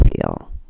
feel